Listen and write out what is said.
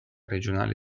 regionale